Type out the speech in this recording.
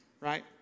right